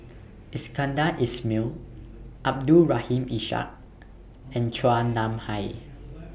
Iskandar Ismail Abdul Rahim Ishak and Chua Nam Hai